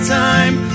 time